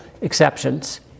exceptions